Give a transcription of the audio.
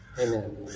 amen